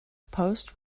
post